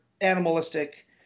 animalistic